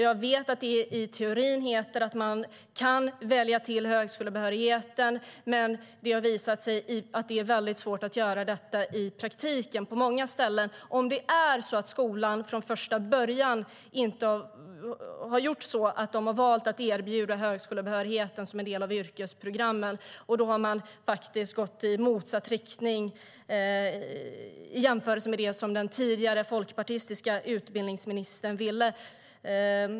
Jag vet att det i teorin heter att man kan välja till högskolebehörigheten, men det har visat sig att det är väldigt svårt att göra det i praktiken på många ställen. Om inte skolan från första början har valt att erbjuda högskolebehörigheten som en del av yrkesprogrammen har man faktiskt gått i motsats riktning till det som den tidigare folkpartistiska utbildningsministern ville.